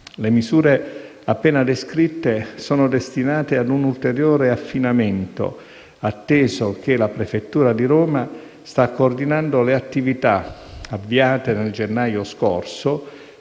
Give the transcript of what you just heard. Le misure appena descritte sono destinate ad un ulteriore affinamento, atteso che la prefettura di Roma sta coordinando le attività avviate nel gennaio scorso